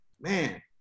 man